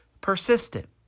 persistent